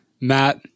Matt